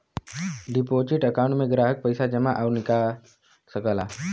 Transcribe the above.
deposit account में ग्राहक पइसा जमा आउर निकाल सकला